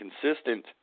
consistent